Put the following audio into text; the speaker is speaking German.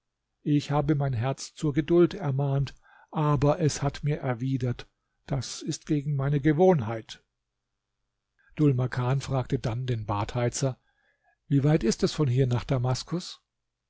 ich habe mein herz zur geduld ermahnt aber es hat mir erwidert das ist gegen meine gewohnheit dhul makan fragte dann den badheizer wie weit ist es von hier nach damaskus